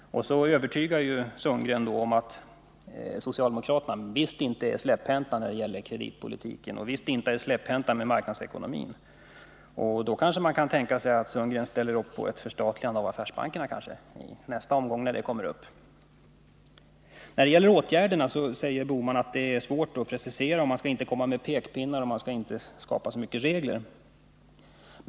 Roland Sundgren försökte övertyga om att socialdemokraterna visst inte är släpphänta när det gäller kreditpolitiken och visst inte är släpphänta när det gäller marknadsekonomin. Då kanske Roland Sundgren kan ställa upp på ett förstatligande av affärsbankerna när den frågan kommer upp nästa 19 gång? Gösta Bohman säger att det är svårt att precisera vilka åtgärder som kan behöva vidtas. Man skall inte komma med pekpinnar, och man skall inte skapa så mycket regler.